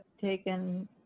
taken